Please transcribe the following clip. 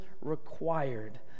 required